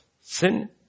sin